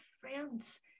friends